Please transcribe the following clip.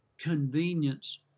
convenience